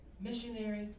missionary